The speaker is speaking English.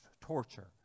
torture